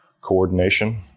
coordination